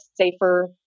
safer